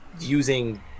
using